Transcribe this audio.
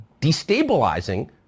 destabilizing